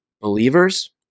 believers